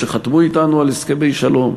שחתמו אתנו על הסכמי שלום?